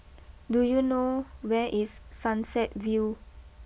do you know where is Sunset view